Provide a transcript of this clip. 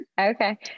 Okay